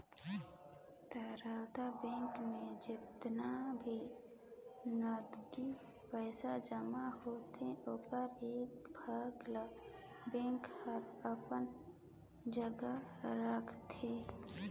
तरलता बेंक में जेतना भी नगदी पइसा जमा होथे ओखर एक भाग ल बेंक हर अपन जघा राखतें